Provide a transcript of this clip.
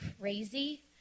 crazy